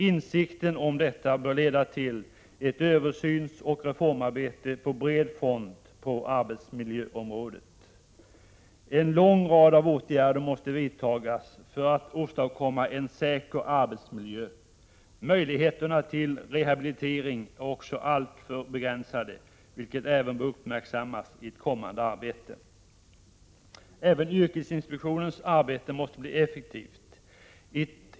Insikten om detta bör leda till ett översynsoch reformarbete på bred front inom arbetsmiljöområdet. En lång rad av åtgärder måste vidtas för att åstadkomma en säker arbetsmiljö. Möjligheterna till rehabilitering är också alltför begränsade, vilket även bör uppmärksammas i ett kommande arbete. Även yrkesinspektionens arbete måste bli effektivt.